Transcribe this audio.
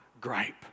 gripe